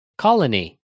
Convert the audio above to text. Colony